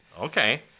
Okay